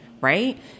Right